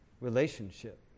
relationship